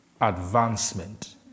advancement